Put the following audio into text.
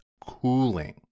cooling